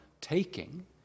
taking